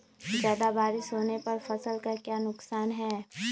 ज्यादा बारिस होने पर फसल का क्या नुकसान है?